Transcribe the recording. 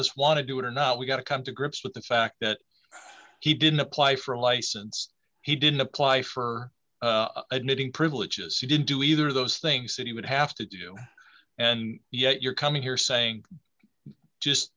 us want to do it or not we got to come to grips with the fact that he didn't apply for a license he didn't apply for admitting privileges he didn't do either of those things that he would have to do and yet you're coming here saying just